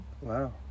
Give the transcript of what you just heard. Wow